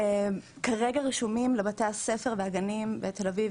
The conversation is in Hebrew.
כרגע רשומים לבתי הספר והגנים בתל אביב